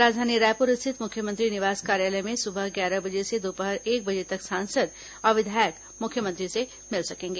राजधानी रायपुर स्थित मुख्यमंत्री निवास कार्यालय में सुबह ग्यारह बजे से दोपहर एक बजे तक सांसद और विधायक मुख्यमंत्री से मिल सकेंगे